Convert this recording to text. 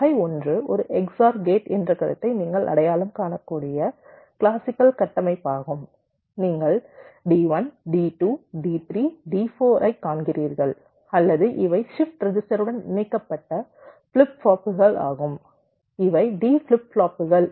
வகை 1 ஒரு XOR gate என்ற கருத்தை நீங்கள் அடையாளம் காணக்கூடிய கிளாசிக்கல் கட்டமைப்பாகும் நீங்கள் D1 D2 D3 D4 ஐக் காண்கிறீர்கள் அல்லது இவை ஷிப்ட் ரெஜிஸ்டர் உடன் இணைக்கப்பட்ட ஃபிளிப் ஃப்ளாப்புகள் ஆகும் இவை D ஃபிளிப் ஃப்ளாப்புகள்